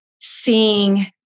seeing